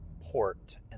port